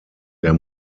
der